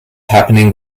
happening